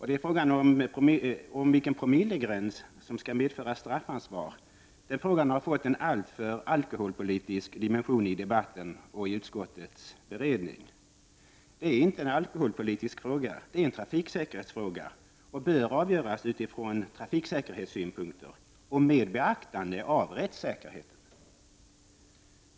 Frågan om vilken promillegräns som skall medföra straffansvar har fått en alltför alkoholpolitisk dimension i debatten och i utskottets beredning. Det är inte en alkoholpolitisk fråga utan en trafiksäkerhetsfråga, som bör avgöras utifrån trafiksäkerhetssynpunkter och med beaktande av rättssäkerheten.